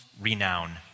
renown